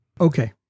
Okay